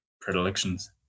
predilections